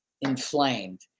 inflamed